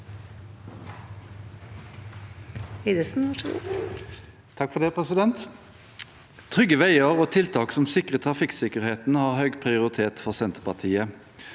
Trygge veier og tiltak som sikrer trafikksikkerheten, har høy prioritet for Senterpartiet.